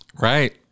Right